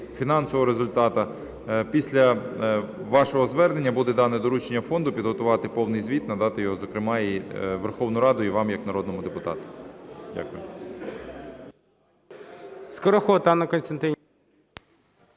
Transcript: фінансового результату, після вашого звернення буде дане доручення фонду підготувати повний звіт, надати його, зокрема, і у Верховну Раду і вам, як народному депутату. Дякую.